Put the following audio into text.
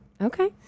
Okay